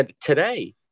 Today